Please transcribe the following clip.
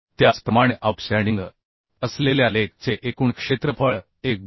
त्याचप्रमाणे आऊटस्टँडिंग असलेल्या लेग चे एकूण क्षेत्रफळAgo